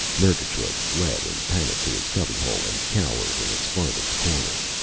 murgatroyd fled in panic to his cubbyhole and cowered in its farthest corner.